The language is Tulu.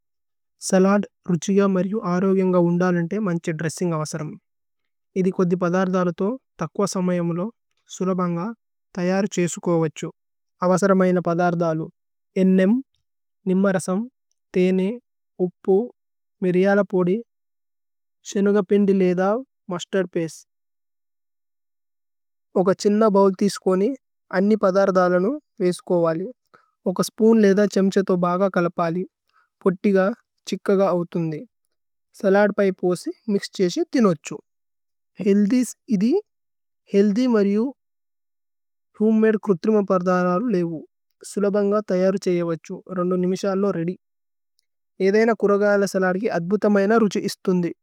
സലദ്, രുഛിഗ മരിയു അര്യോഗേന്ഗ ഉന്ദാല് ഏന് തേ മന്ഛേ ദ്രേസ്സിന്ഗ് അവസ്രമി। ഇതി കോദി പദരദല തോ തക്വ സമയമു ലോ സുലബന്ഗ തയര് ഛേസു കോ വഛു। അവസ്രമയന പദരദലു, ഏന്നേമ്, നിമ്മരസമ്, തേനേ, ഉപ്പു, മിര്യല പോദി, സേനുഗപിന്ദി ലേദവ്, മുസ്തര്ദ് പസ്തേ। ഓക ഛിസ്ന ബൌല് തിസ്കോ നേ, അന്നി പദരദല നു വേസ്കോ വലി। ഓക സ്പൂന് ലേദ ഛമ്ഛ തോ ബാഗ കലപലി। പോതി ഗ ഛിക്കഗ ഔതുന്ദി। സലദ് പയേ പോസി മിക്സ് ഛേസു തിനു അഛു। ഹേല്ദിസ് ഇതി, ഹേല്ദി മരിയു। രുമേദ് ക്രുത്രിമപര്ദല ലു ലേയു। സുലബന്ഗ തയര് ഛേസു। രോന്ദു നിമിശ അല്ലോ രേഅദ്യ്। ഏധഏന കുരഗല സലദി അദ്ബുതമയന രുഛിഗ ഇസ്തുന്ദി।